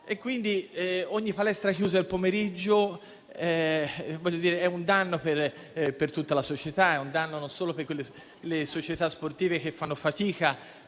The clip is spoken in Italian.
Ogni palestra chiusa il pomeriggio è un danno per tutta la società, e non solo per quelle società sportive che fanno fatica